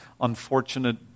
unfortunate